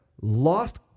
lost